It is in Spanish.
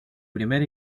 primer